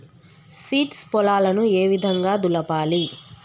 Seeds పొలాలను ఏ విధంగా దులపాలి?